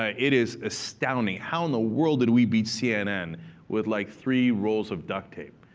ah it is astounding. how in the world did we beat cnn with like three rolls of duct tape?